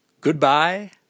Goodbye